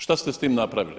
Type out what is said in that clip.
Šta ste s time napravili?